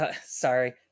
Sorry